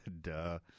duh